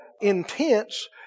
intense